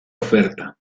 oferta